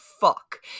fuck